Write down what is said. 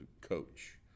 coach